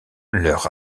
leur